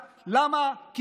למה?